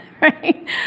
Right